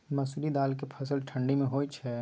मसुरि दाल के फसल ठंडी मे होय छै?